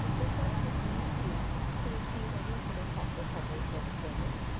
we're setting this new fee to achieve a reasonable cost recovery for this service.